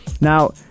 now